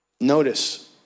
Notice